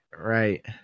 right